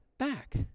back